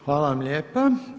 Hvala vam lijepa.